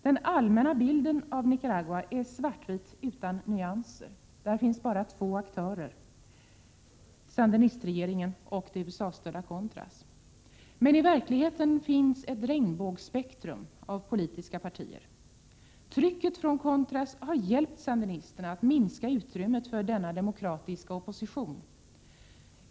Den allmänna bilden av Nicaragua är svartvit, utan nyanser. Där finns bara två aktörer: sandinistregeringen och de USA-stödda contras. Men i verkligheten finns ett regnbågsspektrum av politiska partier. Trycket från contras har hjälpt sandinisterna att minska utrymmet för denna demokratiska opposition.